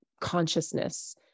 consciousness